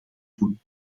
doen